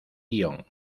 guion